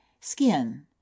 skin